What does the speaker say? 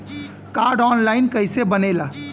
Card online कइसे बनेला?